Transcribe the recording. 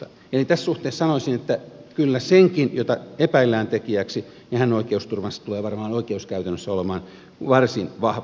eli tässä suhteessa sanoisin että kyllä senkin jota epäillään tekijäksi oikeusturva tulee varmaan oikeuskäytännössä olemaan varsin vahva